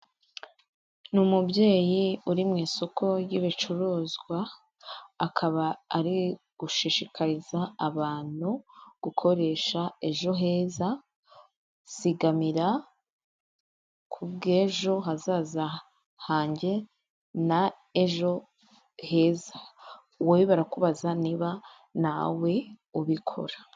Ni umubyeyi uri mu isoko ry'ibicuruzwa akaba ari gushishikariza abantu gukoresha ejo heza, zigamira ku bw'ejo hazaza hanjye na ejo heza, wowe barakubaza niba nawe ubikora.